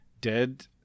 dead